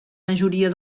majoria